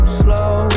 slow